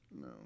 No